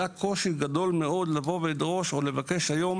היה קושי גדול מאוד לדרוש או לבקש: היום